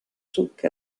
took